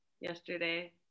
yesterday